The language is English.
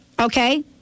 Okay